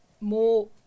more